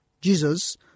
Jesus